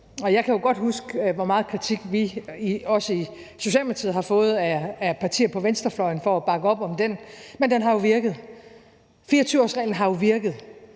jeg kan godt huske, hvor meget kritik også vi i Socialdemokratiet fik af partier på venstrefløjen for at bakke op om den, men den har virket. 24-årsreglen har jo virket,